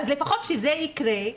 אז לפחות שזה יקרה,